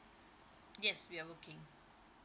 yes we are working